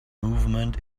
movement